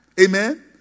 amen